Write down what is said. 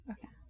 Okay